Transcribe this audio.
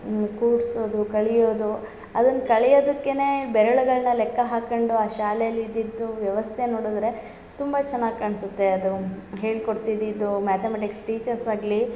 ಕೂಡ್ಸೋದು ಕಳ್ಯೋದು ಅದನ್ನ ಕಳೆಯೋದುಕ್ಕೆನೇ ಬೆರಳ್ಗಳ್ನ ಲೆಕ್ಕ ಹಾಕಂಡು ಆ ಶಾಲೆಯಲ್ಲಿ ಇದಿದ್ದು ವ್ಯವಸ್ಥೆ ನೋಡಿದರೆ ತುಂಬ ಚೆನ್ನಾಗಿ ಕಾಣ್ಸುತ್ತೆ ಅದು ಹೇಳಿ ಕೊಡ್ತಿದಿದ್ದು ಮ್ಯಾತಮೆಟಿಕ್ಸ್ ಟೀಚರ್ಸ್ ಆಗಲಿ